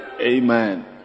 Amen